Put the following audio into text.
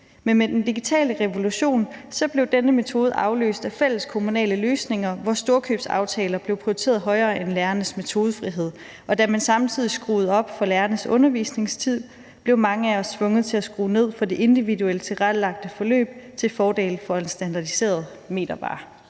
begyndte for ca. fem år siden, blev denne metode afløst af fælles kommunale løsninger, hvor storkøbsaftaler blev prioriteret højere end lærernes metodefrihed. Og da man samtidig skruede op for lærernes undervisningstid, blev mange af os tvunget til at skrue ned for det individuelt tilrettelagte forløb - til fordel for en standardiseret metervare.«